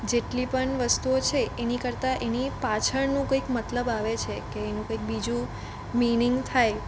જેટલી પણ વસ્તુઓ છે એની કરતાં એની પાછળનું કંઇક મતલબ આવે છે કે એનું કઇંક બીજું મીનિંગ થાય